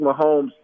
Mahomes